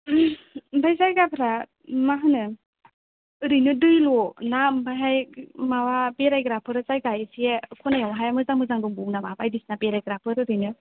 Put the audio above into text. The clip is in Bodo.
आमफ्राय जायगाफ्रा माहोनो ओरैनो दैल' ना बेवहाय माबा बेरायग्राफोर जायगा एसे खनायाव हाय मोजां मोजां दंबावयो नामा बायदिसिना बेरायग्राफोर ओरैनो